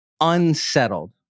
unsettled